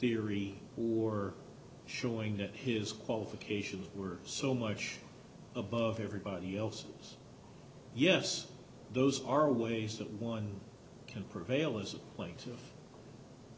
theory or showing that his qualifications were so much above everybody else yes those are ways that one can prevail as a plaintiff